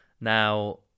Now